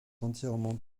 entièrement